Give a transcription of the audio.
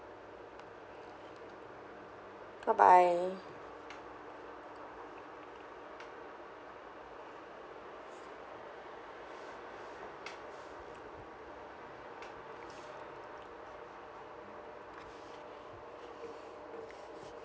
bye bye